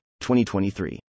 2023